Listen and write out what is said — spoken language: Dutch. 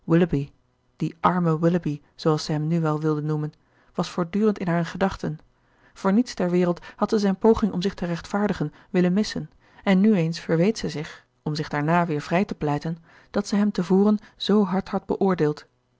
die arme willoughby zooals zij hem nu wel wilde noemen was voortdurend in hare gedachten voor niets ter wereld had zij zijn poging om zich te rechtvaardigen willen missen en nu eens verweet zij zich om zich daarna weer vrij te pleiten dat zij hem te voren zoo hard had beoordeeld